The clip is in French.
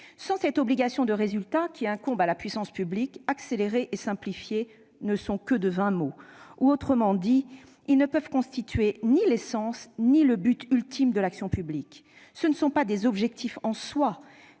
Sans cette « obligation de résultats » qui incombe à la puissance publique, « accélération » et « simplification » ne sont que de vains mots. Autrement dit, elles ne sauraient constituer ni l'essence ni le but ultime de l'action publique. Ce ne sont pas des objectifs en soi-